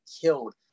killed